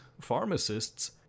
pharmacists